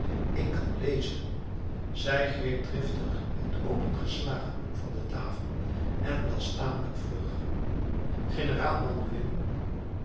ik kan lezen zij greep driftig het opengeslagen boek van de tafel en las tamelijk vlug generaal